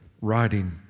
writing